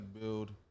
build